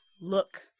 look